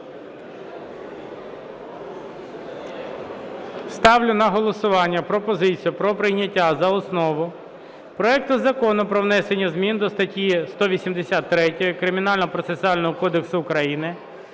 Ставлю на голосування пропозицію про прийняття за основу проекту Закону про внесення змін до статті 183 Кримінального процесуального кодексу України